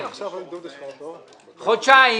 חודשיים.